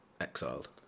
exiled